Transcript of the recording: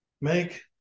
make